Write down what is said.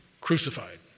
crucified